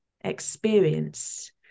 experience